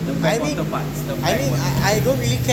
the backwater parts the backwater part